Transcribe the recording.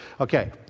Okay